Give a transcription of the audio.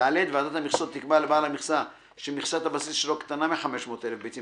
(ד)ועדת המכסות תקבע לבעל מכסה שמכסת הבסיס שלו קטנה מ-500,000 ביצים,